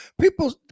people